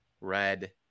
red